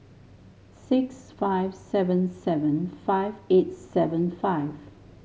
six five seven seven five eight seven five